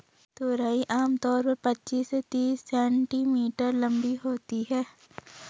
तुरई आम तौर पर पचीस से तीस सेंटीमीटर लम्बी होती है